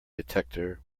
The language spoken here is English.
detector